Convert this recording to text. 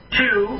two